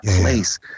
place